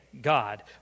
God